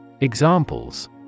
Examples